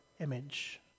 image